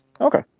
Okay